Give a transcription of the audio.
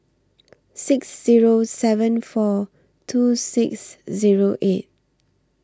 six Zero seven four two six Zero eight